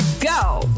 go